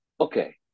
okay